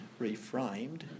reframed